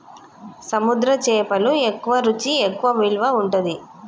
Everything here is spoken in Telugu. సముద్ర చేపలు ఎక్కువ రుచి ఎక్కువ విలువ ఉంటది